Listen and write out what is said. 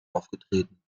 aufgetreten